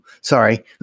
sorry